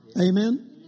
Amen